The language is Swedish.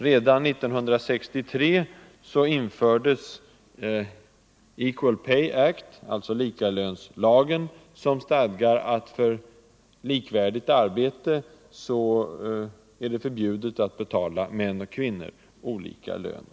Redan 1963 infördes Equal Pay Act, alltså likalönslagen, som stadgar att för likvärdigt arbete är det förbjudet att betala män och kvinnor olika lön.